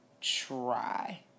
try